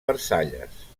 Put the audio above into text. versalles